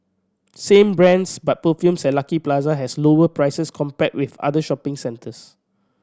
same brands but perfumes at Lucky Plaza has lower prices compared with other shopping centres